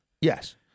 Yes